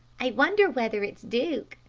i wonder whether it's duke?